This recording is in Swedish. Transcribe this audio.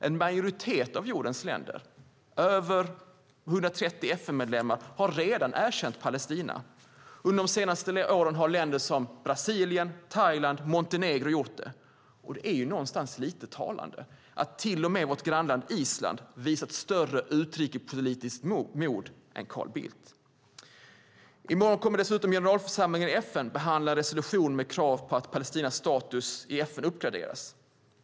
En majoritet av jordens länder, över 130 FN-medlemmar, har redan erkänt Palestina. Under de senaste åren har länder som Brasilien, Thailand och Montenegro gjort det. Och det är lite talande att till och med vårt grannland Island visat större utrikespolitiskt mod än Carl Bildt. I morgon kommer dessutom generalförsamlingen i FN att behandla en resolution med krav på att Palestinas status i FN uppgraderas.